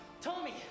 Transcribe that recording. Tommy